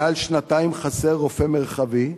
מעל שנתיים חסר רופא מרחבי,